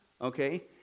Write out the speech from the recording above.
okay